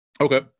Okay